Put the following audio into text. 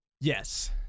Yes